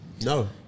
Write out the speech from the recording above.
No